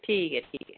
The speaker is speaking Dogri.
ठीक ऐ ठीक ऐ